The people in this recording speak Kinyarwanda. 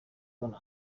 ubona